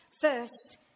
first